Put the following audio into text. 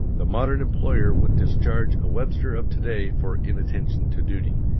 the modern employer would discharge a webster of today for inattention to duty,